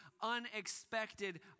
unexpected